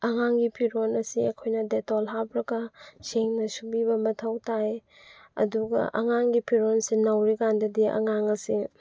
ꯑꯉꯥꯡꯒꯤ ꯐꯤꯔꯣꯜ ꯑꯁꯤ ꯑꯩꯈꯣꯏꯅ ꯗꯦꯇꯣꯜ ꯍꯥꯞꯂꯒ ꯁꯦꯡꯅ ꯁꯨꯕꯤꯕ ꯃꯊꯧ ꯇꯥꯏ ꯑꯗꯨꯒ ꯑꯉꯥꯡꯒꯤ ꯐꯤꯔꯣꯜꯁꯦ ꯅꯧꯔꯤꯀꯥꯟꯗꯗꯤ ꯑꯉꯥꯡ ꯑꯁꯦ